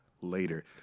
later